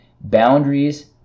boundaries